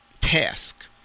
task